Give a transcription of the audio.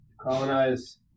colonize